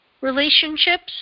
relationships